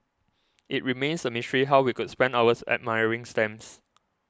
it remains a mystery how we could spend hours admiring stamps